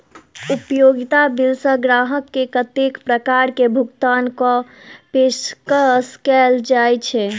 उपयोगिता बिल सऽ ग्राहक केँ कत्ते प्रकार केँ भुगतान कऽ पेशकश कैल जाय छै?